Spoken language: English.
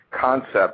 concept